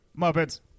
Muppets